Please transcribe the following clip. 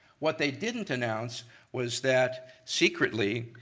what they didn't announce was that secretly,